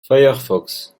firefox